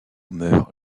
meurt